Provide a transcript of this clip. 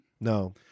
No